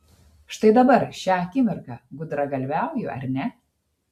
štai dabar šią akimirką gudragalviauju ar ne